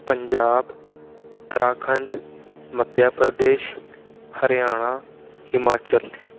Punjab Uttarakhand Madhya Pradesh Haryana Himachal